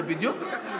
זה בדיוק.